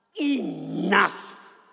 enough